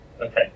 Okay